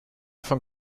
von